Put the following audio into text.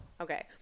Okay